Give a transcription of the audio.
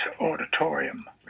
auditorium